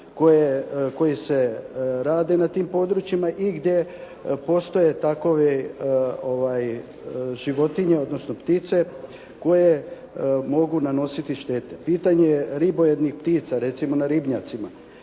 koji se rade na tim područjima i gdje postoje takve životinje odnosno ptice koje mogu nanositi štete. Pitanje ribojednih ptica recimo na ribnjacima,